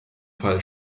fall